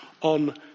on